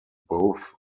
both